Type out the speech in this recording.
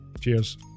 Cheers